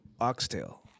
oxtail